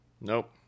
nope